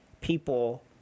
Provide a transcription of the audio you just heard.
people